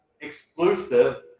exclusive